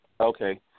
Okay